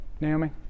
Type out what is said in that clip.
Naomi